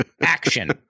Action